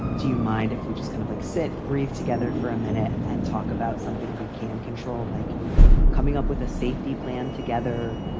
do you mind if we just kind of like sit breathe together for a minute and talk about something we can control, like coming up with a safety plan together,